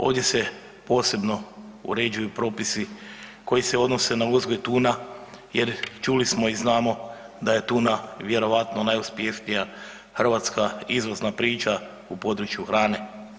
Ovdje se posebno uređuju propisi koji se odnose na uzgoj tuna jer čuli smo i znamo da je tuna vjerojatno najuspješnija hrvatska izvozna priča u području hrane.